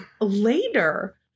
later